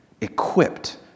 equipped